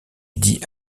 dit